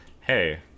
hey